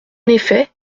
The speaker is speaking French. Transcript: effet